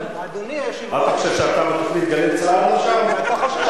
מה אתה חושב, שאתה בתוכנית "גלי צה"ל" עכשיו?